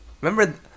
Remember